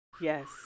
Yes